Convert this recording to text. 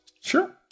Sure